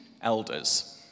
elders